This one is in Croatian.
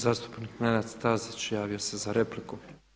Zastupnik Nenad Stazić javio se za repliku.